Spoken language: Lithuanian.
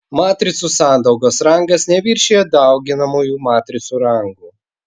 matricų sandaugos rangas neviršija dauginamųjų matricų rangų